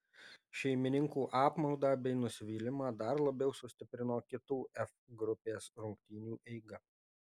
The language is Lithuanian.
šeimininkų apmaudą bei nusivylimą dar labiau sustiprino kitų f grupės rungtynių eiga